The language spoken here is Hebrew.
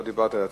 אבל לא דיברתי,